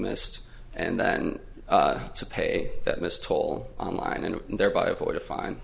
missed and then to pay that must toll on line and thereby avoid a fine